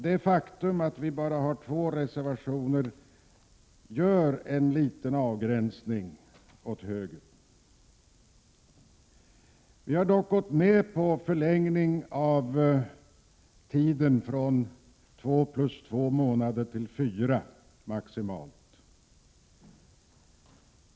Det faktum att folkpartiet bara har två reservationer innebär dock en liten avgränsning åt höger. Vi har gått med på en förlängning av vårdtiden från fyra månader till maximalt sex månader.